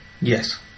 yes